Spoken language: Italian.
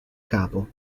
capo